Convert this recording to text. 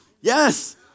Yes